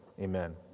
amen